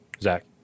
Zach